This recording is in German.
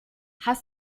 hast